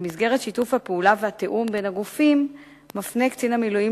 במסגרת שיתוף הפעולה והתיאום בין הגופים קצין המילואים